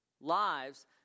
lives